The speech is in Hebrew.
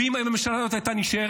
ואם הממשלה הזאת הייתה נשארת,